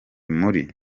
muri